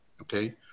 okay